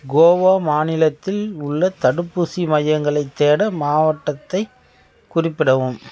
கோவா மாநிலத்தில் உள்ள தடுப்பூசி மையங்களை தேட மாவட்டத்தை குறிப்பிடவும்